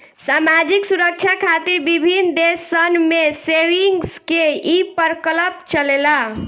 सामाजिक सुरक्षा खातिर विभिन्न देश सन में सेविंग्स के ई प्रकल्प चलेला